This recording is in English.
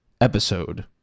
episode